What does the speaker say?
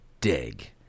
dig